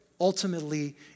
Ultimately